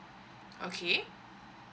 okay